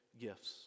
gifts